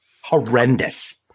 Horrendous